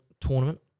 tournament